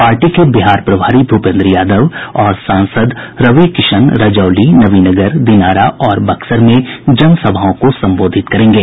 party के बिहार प्रभारी भूपेन्द्र यादव और सांसद रवि किशन रजौली नवीनगर दिनारा और बक्सर में जनसभाओं को संबोधित करेंगे